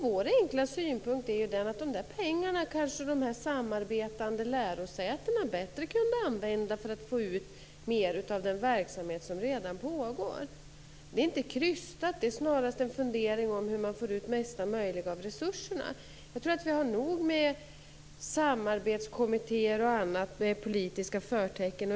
Vår enkla synpunkt är att de där pengarna kanske de samarbetande lärosätena kunde använda bättre för att få ut mer av den verksamhet som redan pågår. Det är inte krystat utan snarast en fundering hur man får ut mesta möjliga av resurserna. Jag tror att vi har nog med samarbetskommittér och annat med politiska förtecken.